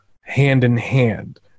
hand-in-hand